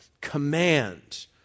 command